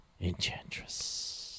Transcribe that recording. Enchantress